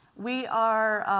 we are